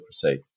Crusade